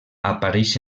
apareix